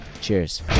Cheers